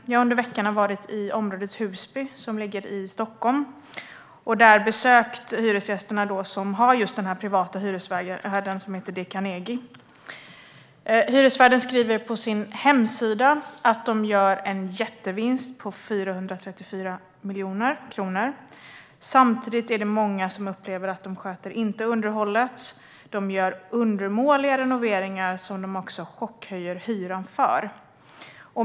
Jag har under veckan varit i Husby, som ligger i Stockholm, och besökt hyresgäster som har just den här privata hyresvärden: D. Carnegie. Hyresvärden skriver på sin hemsida att man gör en jättevinst på 434 miljoner kronor. Samtidigt är det många som upplever att man inte sköter underhållet. Man gör undermåliga renoveringar som man chockhöjer hyran för.